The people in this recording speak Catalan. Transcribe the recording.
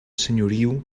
senyoriu